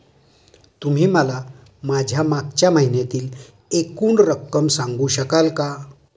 तुम्ही मला माझ्या मागच्या महिन्यातील एकूण रक्कम सांगू शकाल का?